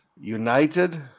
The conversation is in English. united